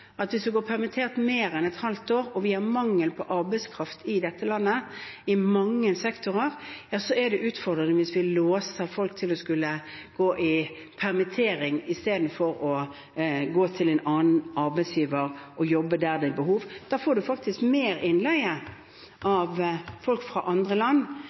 Hvis man skal være permittert i mer enn et halvt år – når vi har mangel på arbeidskraft i mange sektorer i dette landet – er det utfordrende hvis vi låser folk i permittering istedenfor at de går til en annen arbeidsgiver og kan jobbe der det er behov. Da får man faktisk mer innleie av folk fra andre land.